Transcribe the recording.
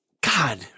God